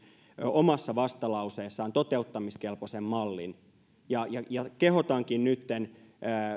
omassa vastalauseessaan toteuttamiskelpoisen mallin kehotankin nytten